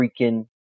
freaking